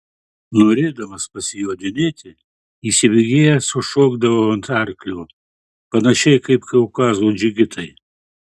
norėdamas pasijodinėti įsibėgėjęs užšokdavau ant arklio panašiai kaip kaukazo džigitai